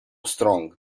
strong